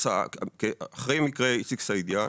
אחרי מקרה איציק סעידיאן